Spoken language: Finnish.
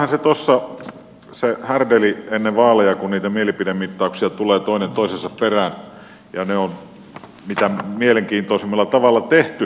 kyllähän se on härdelli ennen vaaleja kun niitä mielipidemittauksia tulee toinen toisensa perään ja ne on mitä mielenkiintoisimmalla tavalla tehty